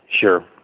Sure